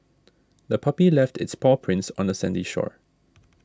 the puppy left its paw prints on the sandy shore